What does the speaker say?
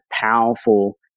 powerful